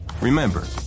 Remember